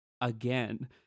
again